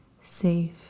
safe